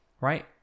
right